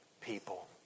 people